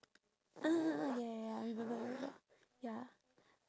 ah ya ya ya I remember I remember ya